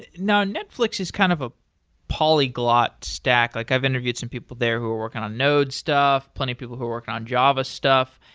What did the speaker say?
and now, netflix is kind of a polyglot stack. like i've interviewed some people there who are working on node stuff plenty people who work on java stuff.